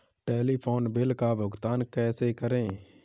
Telephone bill का भुगतान कैसे करें?